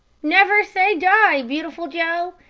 never say die, beautiful joe.